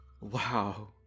Wow